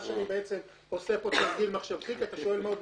מה שאני בעצם עושה פה הוא תרגיל מחשבתי ואתה שואל מה עוד,